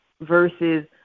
versus